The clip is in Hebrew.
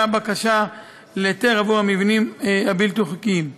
הבקשה להיתר עבור המבנים הבלתי-חוקיים.